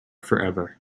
forever